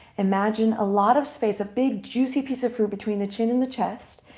imagine a lot of space. a big, juicy piece of fruit between the chin and the chest.